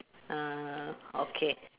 uh okay